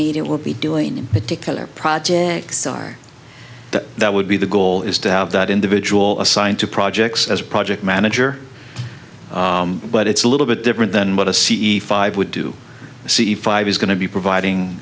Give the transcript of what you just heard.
need it will be doing in particular projects are that that would be the goal is to have that individual assigned to projects as a project manager but it's a little bit different than what a c e five would do a c five is going to be providing